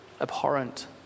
abhorrent